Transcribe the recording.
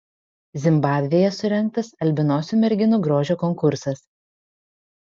zimbabvėje surengtas albinosių merginų grožio konkursas